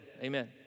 Amen